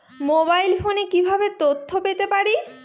Mobile ফোনে কিভাবে তথ্য পেতে পারি?